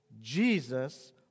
Jesus